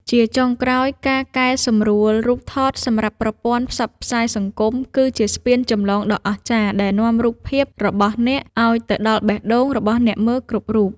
ជាចុងក្រោយ ការកែសម្រួលរូបថតសម្រាប់ប្រព័ន្ធផ្សព្វផ្សាយសង្គម គឺជាស្ពានចម្លងដ៏អស្ចារ្យដែលនាំរូបភាពរបស់អ្នកឱ្យទៅដល់បេះដូងរបស់អ្នកមើលគ្រប់រូប។